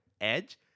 Edge